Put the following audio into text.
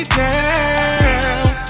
down